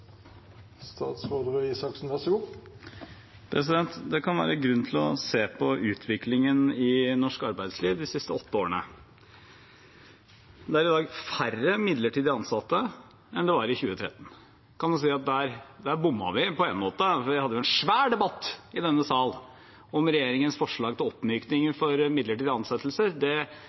Det kan være grunn til å se på utviklingen i norsk arbeidsliv de siste åtte årene. Det er i dag færre midlertidig ansatte enn det var i 2013. Der kan man si at der bomma vi på en måte, for vi hadde en svær debatt i denne sal om regjeringens forslag til oppmykning av midlertidige ansettelser. Mange av oss tenkte at det